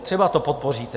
Třeba to podpoříte.